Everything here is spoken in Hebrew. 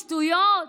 שטויות,